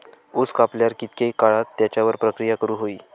ऊस कापल्यार कितके काळात त्याच्यार प्रक्रिया करू होई?